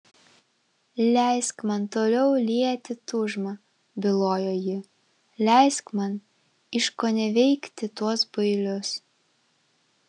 leisk man toliau lieti tūžmą bylojo ji leisk man iškoneveikti tuos bailius